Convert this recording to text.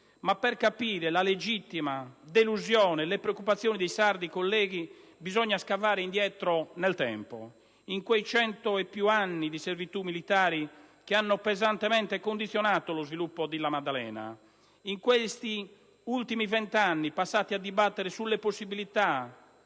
Ma per capire la legittima delusione e le preoccupazioni dei sardi, colleghi, bisogna scavare indietro nel tempo, in quei cento e più anni di servitù militari che hanno pesantemente condizionato lo sviluppo dell'isola della Maddalena e in questi ultimi vent'anni passati a dibattere su possibili